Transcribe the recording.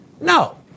No